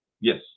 Yes